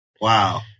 Wow